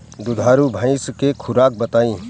दुधारू भैंस के खुराक बताई?